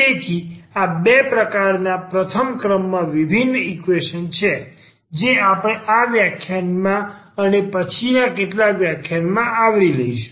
તેથી આ બે પ્રકારના પ્રથમ ક્રમ માં વિભિન્ન ઈકવેશન છે જે આપણે આ વ્યાખ્યાનમાં અને પછીના કેટલાક વ્યાખ્યાનો આવરી લઈશું